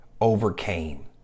overcame